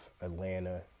Atlanta